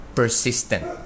persistent